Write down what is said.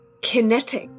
Kinetic